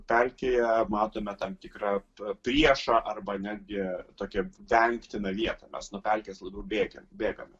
pelkėje matome tam tikrą priešą arba netgi tokią vengtiną vietą mes nuo pelkės bėgam bėgame